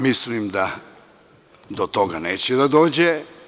Mislim da do toga neće da dođe.